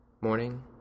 morning